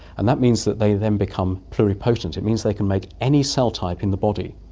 and that means that they then become pluripotent, it means they can make any cell type in the body.